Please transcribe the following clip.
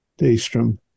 Daystrom